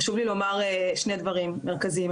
חשוב לי לומר שני דברים מרכזיים,